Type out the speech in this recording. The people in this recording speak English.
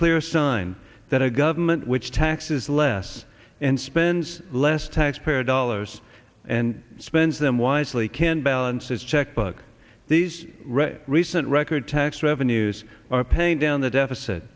clear sign that a government which taxes less and spends less taxpayer dollars and spends them wisely can balance a checkbook these recent record tax revenues are paying down the deficit